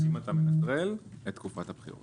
--- לתקופת הפטור.